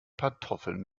pantoffeln